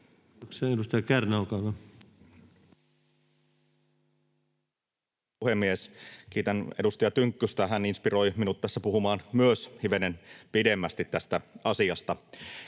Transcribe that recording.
Kiitän edustaja Tynkkystä, hän inspiroi minut tässä puhumaan myös hivenen pidemmästi tästä asiasta.